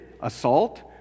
assault